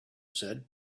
said